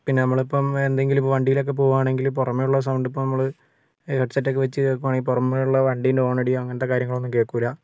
പിന്നെ നമ്മളിപ്പം എന്തെങ്കിലും ഇപ്പം വണ്ടിയിലൊക്കെ പോകുവാണെങ്കിൽ പുറമേയുള്ള സൗണ്ട് ഇപ്പോൾ നമ്മൾ ഹെഡ്സെറ്റ് ഒക്കെ വെച്ച് കേൾക്കുവാണെങ്കിൽ പുറമേയുള്ള വണ്ടീൻ്റെ ഹോൺ അടിയോ അങ്ങനത്തെ കാര്യങ്ങളൊന്നും കേൾക്കില്ല